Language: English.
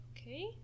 okay